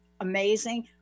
amazing